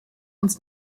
uns